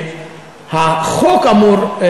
שהחוק אמור,